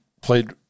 played